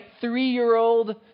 three-year-old